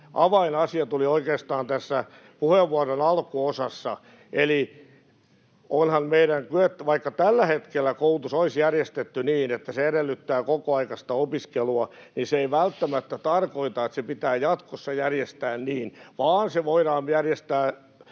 avainasia tuli oikeastaan tässä puheenvuoron alkuosassa. Vaikka tällä hetkellä koulutus olisi järjestetty niin, että se edellyttää kokoaikaista opiskelua, niin se ei välttämättä tarkoita, että se pitää jatkossa järjestää niin, vaan se voidaan järjestää